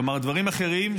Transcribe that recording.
כלומר דברים אחרים,